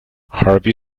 harvey